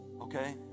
Okay